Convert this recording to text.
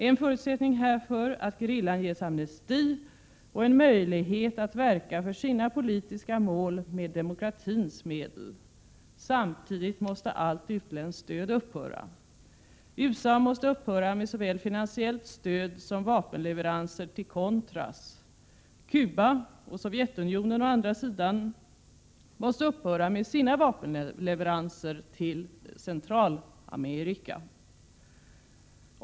En förutsättning härför är att gerillan ges amnesti och en möjlighet att verka för sina politiska mål med demokratins medel. Samtidigt måste allt utländskt stöd upphöra. USA måste upphöra med såväl finansiellt stöd som vapenleveranser till contras. Cuba och Sovjetunionen å andra sidan måste upphöra med sina vapenleveranser till Centralamerika.